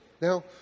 Now